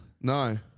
No